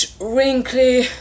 wrinkly